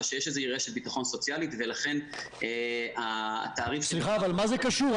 שיש איזושהי רשת ביטחון סוציאלית מה זה קשור?